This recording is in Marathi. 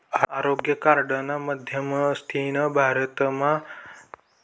आरोग्य कार्डना माध्यमथीन भारतना शेतकरीसले मदत करी राहिनात